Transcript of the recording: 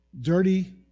dirty